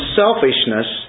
selfishness